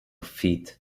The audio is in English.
feet